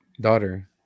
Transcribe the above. daughter